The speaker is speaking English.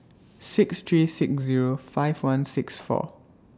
six three six Zero five one six four